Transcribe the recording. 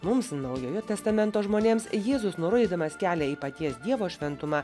mums naujojo testamento žmonėms jėzus nurodydamas kelią į paties dievo šventumą